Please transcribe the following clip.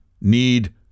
need